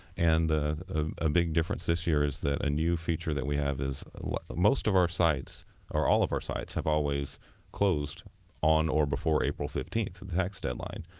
and ah a big difference this year is that a new feature that we have is most of our sites or all of our sites have always closed on or before april fifteenth, the tax deadline.